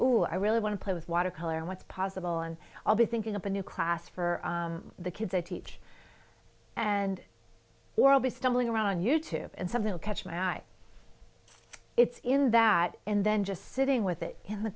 who i really want to play with watercolor and what's possible and i'll be thinking up a new class for the kids i teach and or i'll be stumbling around on you tube and something will catch my eye it's in that and then just sitting with it in the